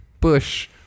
Bush